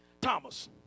Thomas